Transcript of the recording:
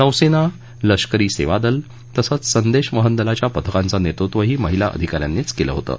नौसेना लष्करी सेवा दल तसंच संदेश वहन दलाच्या पथकांचं नेतृत्वही महिला अधिका यांनीच केलं होतं